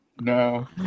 no